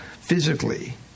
physically